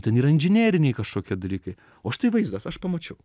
ten yra inžineriniai kažkokie dalykai o štai vaizdas aš pamačiau